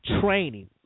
training